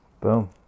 Boom